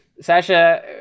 Sasha